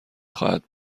خواهد